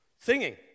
Singing